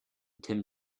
tim